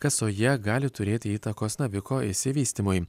kasoje gali turėti įtakos naviko išsivystymui